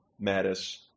Mattis